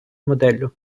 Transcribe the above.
моделлю